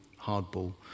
hardball